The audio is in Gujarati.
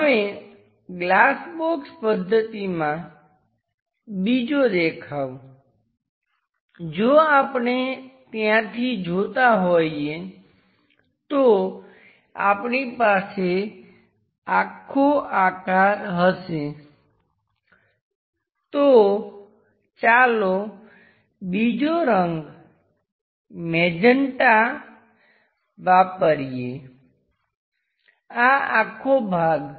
હવે ગ્લાસ બોક્સ પદ્ધતિમાં બીજો દેખાવ જો આપણે ત્યાંથી જોતા હોઈએ તો આપણી પાસે આખો આકાર હશે તો ચાલો બીજો રંગ મેજેન્ટા વાપરીએ આ આખો ભાગ